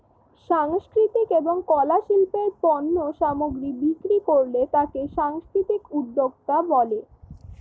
সাংস্কৃতিক এবং কলা শিল্পের পণ্য সামগ্রী বিক্রি করলে তাকে সাংস্কৃতিক উদ্যোক্তা বলে